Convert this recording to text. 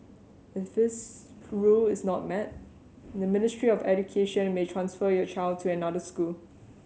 if this rule is not met the Ministry of Education may transfer your child to another school